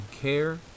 care